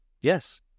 Yes